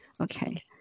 Okay